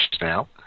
now